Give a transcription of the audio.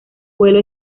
vuelo